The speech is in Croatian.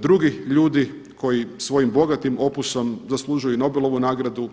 drugi ljudi koji svojim bogatim opusom zaslužuju i Nobelovu nagradu.